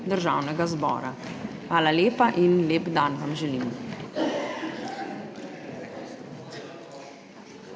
Državnega zbora. Hvala lepa in lep dan vam želim!